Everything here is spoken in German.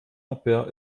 abwehr